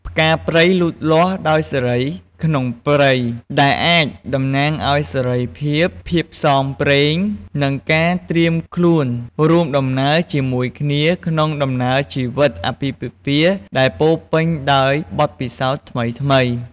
ផ្កាព្រៃលូតលាស់ដោយសេរីក្នុងព្រៃ ដែលអាចតំណាងឱ្យ សេរីភាព ភាពផ្សងព្រេង និងការត្រៀមខ្លួនរួមដំណើរជាមួយគ្នា ក្នុងដំណើរជីវិតអាពាហ៍ពិពាហ៍ដែលពោរពេញដោយបទពិសោធន៍ថ្មីៗ។